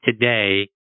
today